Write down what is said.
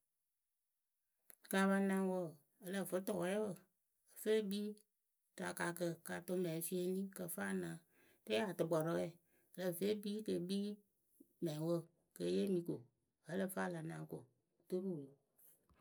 Ka pa naŋ wǝǝ ǝ lǝ fɨ tʊwɛɛwǝ fe kpii rɨ akaakǝ ka tʊ mɛŋ e fieni kɨ fa naŋ rɛɛ atʊkpɔrɔɛ ǝ lǝ fɨ e kpii kɨ e kpii mɛŋwǝ ke yeemi ko vǝ́ ǝ lǝ fɨ a la naŋ ko oturu wɨ lo ru.